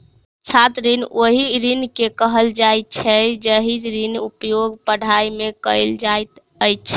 छात्र ऋण ओहि ऋण के कहल जाइत छै जाहि ऋणक उपयोग पढ़ाइ मे कयल जाइत अछि